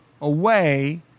away